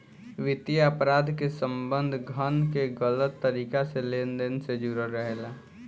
वित्तीय अपराध के संबंध धन के गलत तरीका से लेन देन से जुड़ल रहेला